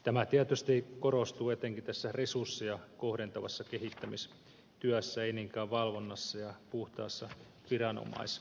tämä tietysti korostuu etenkin resursseja kohdentavassa kehittämistyössä ei niinkään valvonnassa ja puhtaassa viranomaistyössä